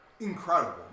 Incredible